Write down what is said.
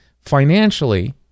financially